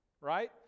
right